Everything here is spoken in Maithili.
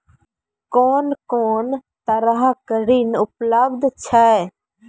कून कून तरहक ऋण उपलब्ध छै?